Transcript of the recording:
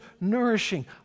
nourishing